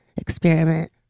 experiment